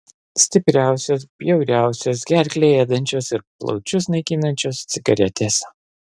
stipriausios bjauriausios gerklę ėdančios ir plaučius naikinančios cigaretės